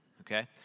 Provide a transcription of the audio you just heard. Okay